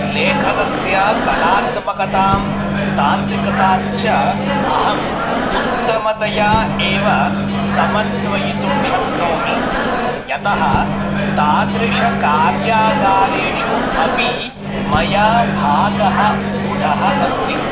लेखनस्य कलात्मकतां तान्त्रिकताञ्च अहम् उत्तमतया एव समन्वयितुं शक्नोमि यतः तादृशकार्यागारेषु अपि मया भागः ऊढः अस्ति